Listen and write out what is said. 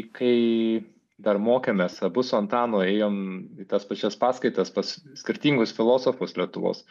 kai dar mokėmės abu su antanu ėjom į tas pačias paskaitas pas skirtingus filosofus lietuvos